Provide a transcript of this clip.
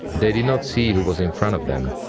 they did not see who was in front of them,